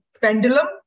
pendulum